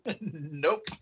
Nope